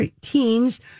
teens